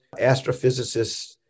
astrophysicists